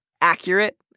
accurate